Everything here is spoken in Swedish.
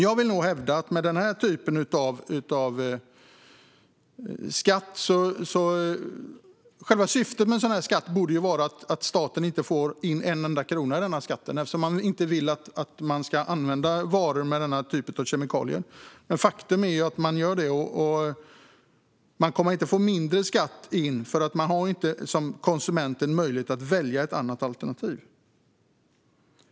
Jag vill hävda att syftet med en sådan här skatt borde vara att staten inte ska få in en enda krona eftersom man inte vill att varor som innehåller denna typ av kemikalier ska användas. Men faktum är att det görs, och man kommer inte att få in mindre skatt eftersom konsumenterna inte har möjlighet att välja ett annat alternativ.